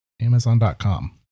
Amazon.com